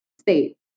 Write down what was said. state